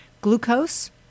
glucose